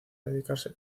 dedicarse